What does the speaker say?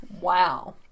Wow